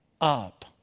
up